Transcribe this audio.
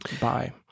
bye